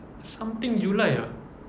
something july ah